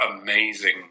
amazing